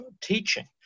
teaching